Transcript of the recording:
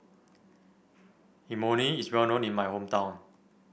Imoni is well known in my hometown